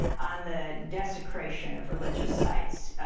on the desecration of religious sites.